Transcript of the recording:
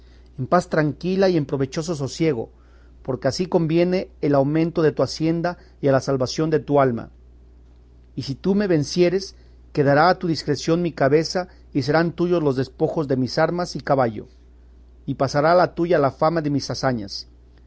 en paz tranquila y en provechoso sosiego porque así conviene al aumento de tu hacienda y a la salvación de tu alma y si tú me vencieres quedará a tu discreción mi cabeza y serán tuyos los despojos de mis armas y caballo y pasará a la tuya la fama de mis hazañas